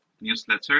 newsletter